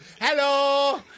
Hello